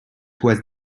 was